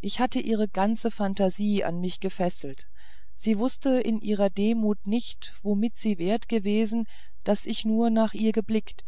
ich hatte ihre ganze phantasie an mich gefesselt sie wußte in ihrer demut nicht womit sie wert gewesen daß ich nur nach ihr geblickt